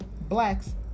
blacks